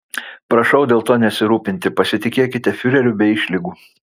prašau dėl to nesirūpinti pasitikėkite fiureriu be išlygų